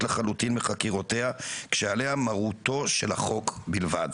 לחלוטין מחקירותיה כשעליה מרותו של החוק בלבד.